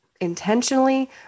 intentionally